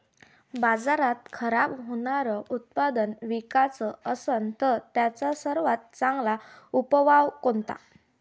बाजारात खराब होनारं उत्पादन विकाच असन तर त्याचा सर्वात चांगला उपाव कोनता?